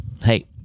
Hey